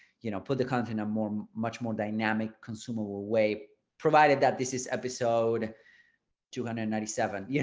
you know, put the content on more much more dynamic consumable way provided that this is episode two hundred and ninety seven, yeah